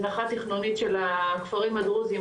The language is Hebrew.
הזנחה תכנונית של הכפרים הדרוזים,